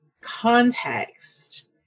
context